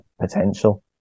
potential